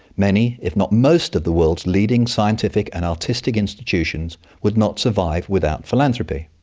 many, if not most of the world's leading scientific and artistic institutions would not survive without philanthropy.